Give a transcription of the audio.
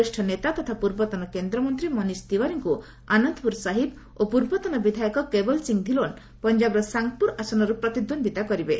ବରିଷ୍ଣ ନେତା ତଥା ପୂର୍ବତନ କେନ୍ଦ୍ରମନ୍ତ୍ରୀ ମନୀଷ ତିୱାରୀଙ୍କୁ ଆନନ୍ଦପୁର ସାହିବ ଓ ପୂର୍ବତନ ବିଧାୟକ କେବଲ ସିଂ ଧିଲୋନ ପଞ୍ଜାବର ସାଙ୍ଗପୁର ଆସନରୁ ପ୍ରତିଦ୍ୱନ୍ଦ୍ୱିତା କରିବେ